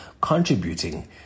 contributing